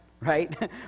right